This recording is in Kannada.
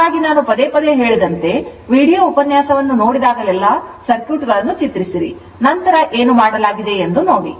ಹಾಗಾಗಿ ನಾನು ಪದೇ ಪದೇ ಹೇಳಿದಂತೆ ಈ ವಿಡಿಯೋ ಉಪನ್ಯಾಸವನ್ನು ನೋಡಿದಾಗಲೆಲ್ಲಾ ಸರ್ಕ್ಯೂಟ್ಗಳನ್ನು ಚಿತ್ರಿಸಿರಿ ನಂತರ ಏನು ಮಾಡಲಾಗಿದೆ ಎಂದು ನೋಡಿ